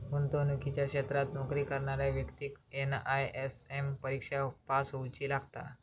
गुंतवणुकीच्या क्षेत्रात नोकरी करणाऱ्या व्यक्तिक एन.आय.एस.एम परिक्षा पास होउची लागता